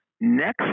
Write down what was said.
Next